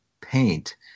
paint